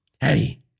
Hey